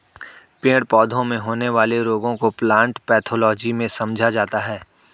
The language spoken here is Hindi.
पेड़ पौधों में होने वाले रोगों को प्लांट पैथोलॉजी में समझा जाता है